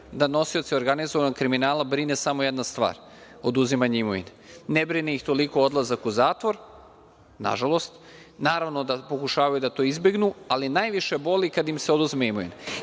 da nosioce organizovanog kriminala brine samo jedna stvar – oduzimanje imovine. Ne brine ih toliko odlazak u zatvor, nažalost, naravno da pokušavaju da to izbegnu, ali najviše boli kad im se oduzme imovina.